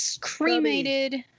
cremated